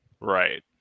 Right